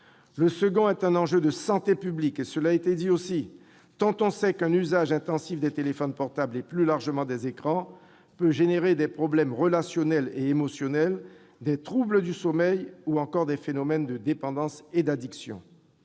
Le second enjeu est de santé publique, tant on sait qu'un usage intensif des téléphones portables, et plus largement des écrans, peut engendrer des problèmes relationnels et émotionnels, des troubles du sommeil ou encore des phénomènes de dépendance et d'addiction.